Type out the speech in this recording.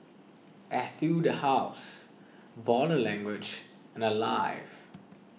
Etude House Body Language and Alive